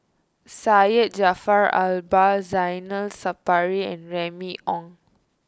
Syed Jaafar Albar Zainal Sapari and Remy Ong